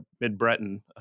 Mid-Breton